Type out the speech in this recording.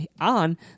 on